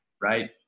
right